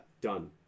Done